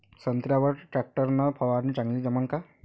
संत्र्यावर वर टॅक्टर न फवारनी चांगली जमन का?